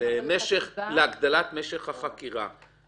להגדלת משך החקירה,